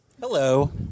Hello